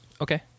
Okay